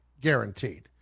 guaranteed